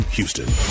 Houston